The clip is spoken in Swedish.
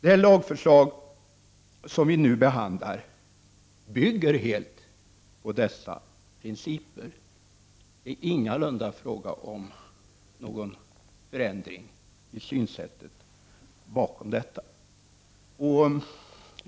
Det lagförslag som vi nu behandlar bygger helt på dessa principer. Det är ingalunda fråga om någon förändring i synsätt.